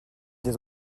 des